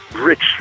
rich